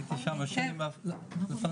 הייתי שם הרבה לפניך.